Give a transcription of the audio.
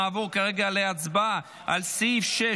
נעבור כרגע להצבעה על סעיף 6,